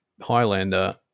Highlander